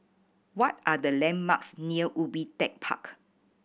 what are the landmarks near Ubi Tech Park